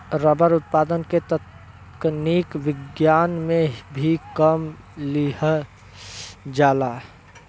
rubber उत्पादन क तकनीक विज्ञान में भी काम लिहल जाला